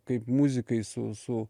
kaip muzikai su su